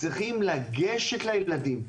צריכים לגשת לילדים,